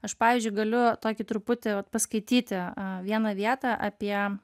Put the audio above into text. aš pavyzdžiui galiu tokį truputį paskaityti vieną vietą apie